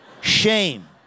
Shame